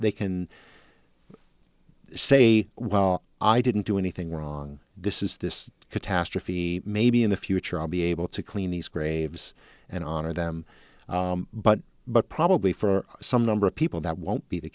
they can say well i didn't do anything wrong this is this catastrophe maybe in the future i'll be able to clean these graves and honor them but but probably for some number of people that won't be the